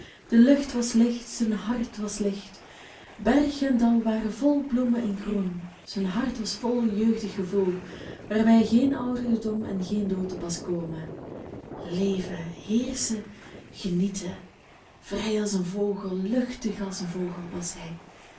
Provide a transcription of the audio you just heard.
de lucht was licht zijn hart was licht berg en dal waren vol bloemen en groen zijn hart was vol jeugdig gevoel waarbij geen ouderdom en geen dood te pas komen leven heerschen genieten vrij als een vogel luchtig als een vogel was hij